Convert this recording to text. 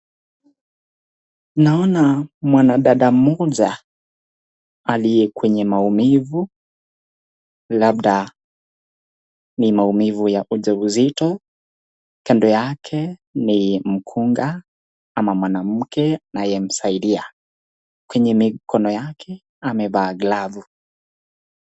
Naona mwanadada moja aliye kwenye maumivu labda ni maumivu ya ujasisito kando yake ni mkunga ama mwanamke anaye msaidia. Kwenye mkono yake amevaa glavu.